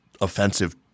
offensive –